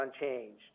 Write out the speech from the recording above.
unchanged